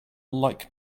like